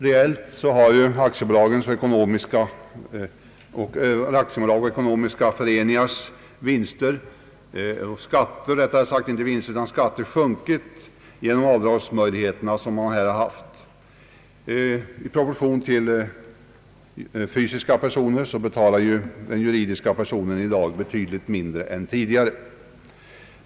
Reellt har aktiebolags och ekonomiska föreningars skatter sjunkit genom de avdragsmöjligheter man här haft. I jämförelse med fysiska personer betalar den juridiska personen i dag betydligt mindre skatt än tidigare.